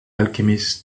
alchemist